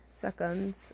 seconds